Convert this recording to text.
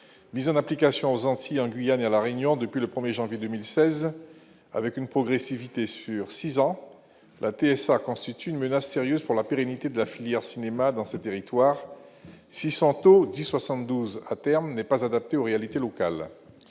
Mise en application aux Antilles, en Guyane et à La Réunion depuis le 1 janvier 2016 avec une progressivité sur six ans, la TSA constitue une menace sérieuse pour la pérennité de la filière cinéma dans ces territoires si son taux- 10,72 % à terme -n'est pas adapté aux réalités locales.